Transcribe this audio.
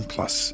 Plus